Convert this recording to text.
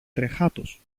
τρεχάτος